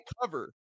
cover